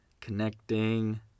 Connecting